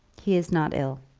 he is not ill.